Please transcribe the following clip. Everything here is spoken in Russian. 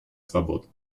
свобод